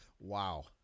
Wow